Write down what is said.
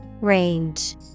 Range